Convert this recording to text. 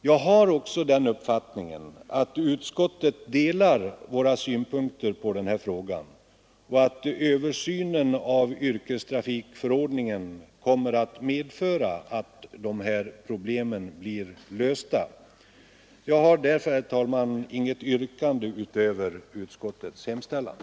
Jag har också den uppfattningen att utskottet delar våra synpunkter på den här frågan och att översynen av yrkestrafikförordningen kommer att medföra att de här problemen blir lösta. Jag har därför inget annat yrkande än om bifall till vad utskottet